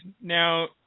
Now